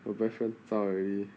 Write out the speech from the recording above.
your best friend zao already